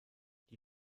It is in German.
die